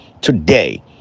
Today